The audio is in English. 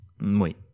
Wait